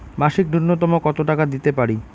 মাসিক নূন্যতম কত টাকা দিতে পারি?